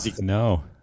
no